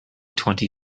twenty